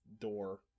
Door